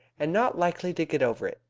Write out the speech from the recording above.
and not likely to get over it!